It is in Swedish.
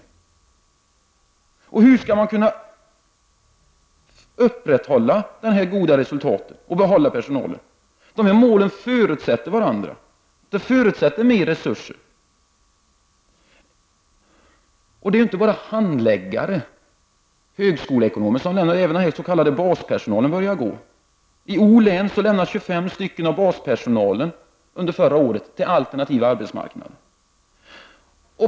Hur skall förvaltningen i O-län kunna upprätthålla sina goda resultat och behålla sin personal? Dessa mål förutsätter faktiskt varandra, och de förutsätter mer resurser. Det är inte bara handläggare, högskoleekonomer, som lämnar förvaltningen, utan det börjar även den s.k. baspersonalen att göra. Under 1989 lämnade 25 personer i denna kategori förvaltningen och gick över till alternativ arbetsmarknad.